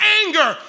anger